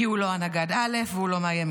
כי הוא לא הנגד א' והוא לא מהימין.